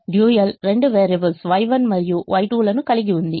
డ్యూయల్రెండు variables Y1 మరియు Y2 కలిగి ఉంది